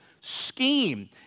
scheme